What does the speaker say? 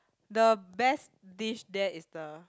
the best dish there is the